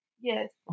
Yes